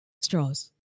Straws